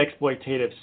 exploitative